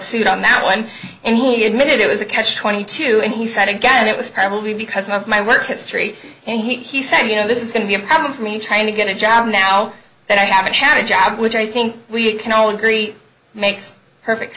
suit on that one and he admitted it was a catch twenty two and he said again it was probably because of my work history and he said you know this is going to be a problem for me trying to get a job now that i haven't had a job which i think we can all agree makes perfect